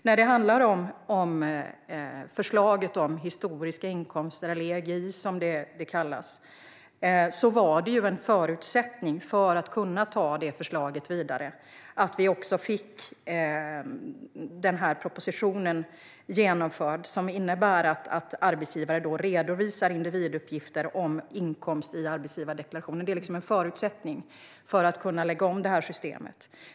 När det gäller förslaget om historiska inkomster, EGI, var det en förutsättning att vi fick igenom den här propositionen om att arbetsgivare redovisar individuppgifter om inkomst i arbetsgivardeklarationen. Det var en förutsättning för att kunna lägga om systemet.